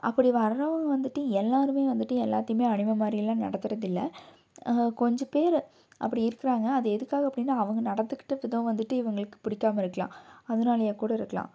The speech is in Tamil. அப்படி வர்றவங்க வந்துட்டு எல்லோருமே வந்துட்டு எல்லாத்தையும் வந்துட்டு அடிமை மாதிரியெல்லாம் நடத்துறதில்ல கொஞ்சம் பேர் அப்படி இருக்கிறாங்க அது எதுக்காக அப்படின்னா அவங்க நடத்துக்கிட்ட விதம் வந்துட்டு இவங்களுக்கு பிடிக்காம இருக்கலாம் அதனாலையா கூட இருக்கலாம்